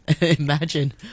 imagine